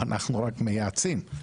אנחנו רק מייעצים,